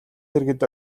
дэргэд